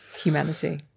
humanity